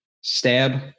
Stab